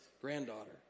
granddaughter